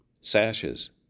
sashes